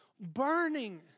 burning